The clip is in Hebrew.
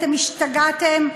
אתם השתגעתם?